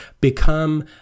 become